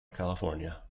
california